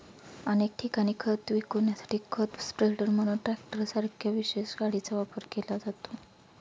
अनेक ठिकाणी खत विखुरण्यासाठी खत स्प्रेडर म्हणून ट्रॅक्टरसारख्या विशेष गाडीचा वापर केला जातो